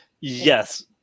yes